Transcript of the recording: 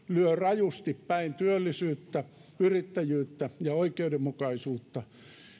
lyö rajusti päin työllisyyttä yrittäjyyttä ja oikeudenmukaisuutta